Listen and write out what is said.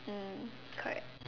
mm correct